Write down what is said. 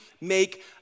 make